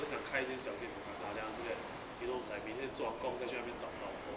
不想开一件小型像 petaling you know like 每天做完工在去那边找工